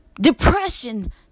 Depression